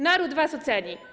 Naród was oceni.